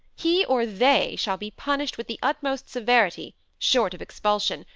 he or they shall be punished with the utmost severity, short of expulsion,